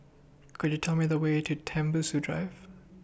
Could YOU Tell Me The Way to Tembusu Drive